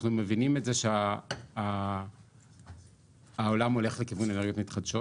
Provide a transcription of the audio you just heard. אנחנו מבינים את זה שהעולם הולך לכיוון אנרגיות מתחדשות